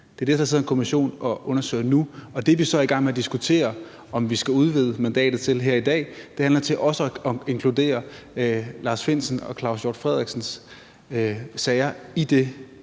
Det er det, der sidder en kommission og undersøger nu, og det, vi så er i gang med at diskutere i dag, er, om vi skal udvide mandatet til også at inkludere Lars Findsen og Claus Hjort Frederiksen sager i det